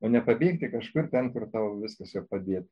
o nepabėgti kažkur ten kur tau viskas jau padėta